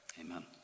amen